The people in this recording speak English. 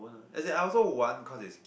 as in I also want cause is